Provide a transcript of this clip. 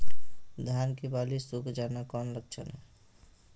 धान की बाली सुख जाना कौन लक्षण हैं?